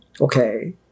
Okay